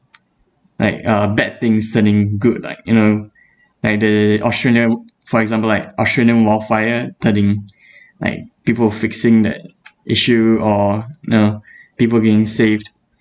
like uh bad things turning good like you know like the australia for example like australian wildfire turning like people fixing that issue or uh people being saved